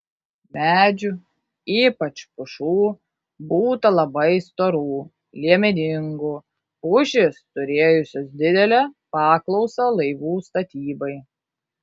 medžių ypač pušų būta labai storų liemeningų pušys turėjusios didelę paklausą laivų statybai